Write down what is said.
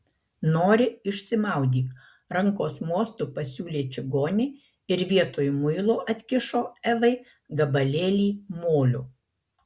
nori išsimaudyk rankos mostu pasiūlė čigonė ir vietoj muilo atkišo evai gabalėlį molio